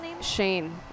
Shane